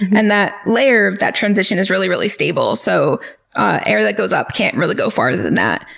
and that layer of that transition is really really stable, so air that goes up can't really go farther than that.